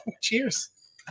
Cheers